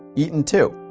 eaton, too.